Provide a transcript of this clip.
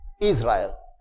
Israel